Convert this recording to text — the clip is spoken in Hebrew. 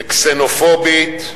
וקסנופובית,